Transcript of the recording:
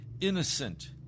innocent